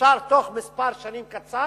אפשר בתוך מספר שנים קטן